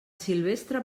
silvestre